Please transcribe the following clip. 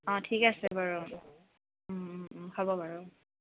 অঁ ঠিক আছে বাৰু হ'ব বাৰু